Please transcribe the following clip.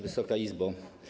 Wysoka Izbo!